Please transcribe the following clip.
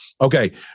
Okay